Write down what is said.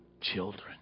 children